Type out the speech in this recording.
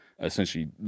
essentially